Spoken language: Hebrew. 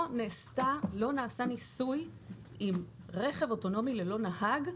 לא נעשה ניסוי עם רכב אוטונומי ללא נהג,